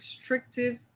restrictive